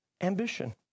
ambition